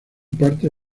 parte